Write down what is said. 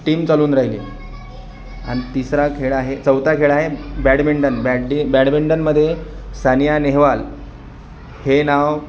team चालवून राहिले आणि तिसरा खेळ आहे चौथा खेळ आहे बॅडमिंटन बॅडी बॅडमिंटनमध्ये सानिया नेहवाल हे नाव